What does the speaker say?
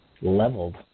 leveled